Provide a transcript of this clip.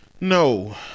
No